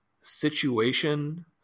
situation